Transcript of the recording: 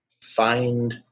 find